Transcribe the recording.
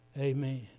Amen